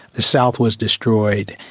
the south was destroyed.